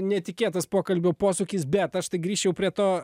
netikėtas pokalbio posūkis bet aš tai grįžčiau prie to